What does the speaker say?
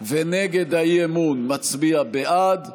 ונגד האי-אמון מצביע בעד,